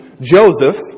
Joseph